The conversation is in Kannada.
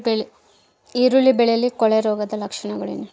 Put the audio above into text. ಈರುಳ್ಳಿ ಬೆಳೆಯಲ್ಲಿ ಕೊಳೆರೋಗದ ಲಕ್ಷಣಗಳೇನು?